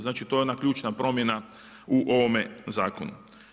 Znači to je ona ključna promjena u ovome zakonu.